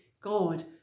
God